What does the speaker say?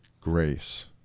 grace